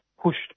pushed